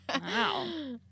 Wow